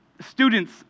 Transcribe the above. Students